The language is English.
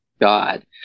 God